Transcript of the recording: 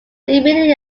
immediately